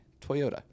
Toyota